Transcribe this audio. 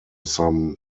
some